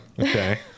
Okay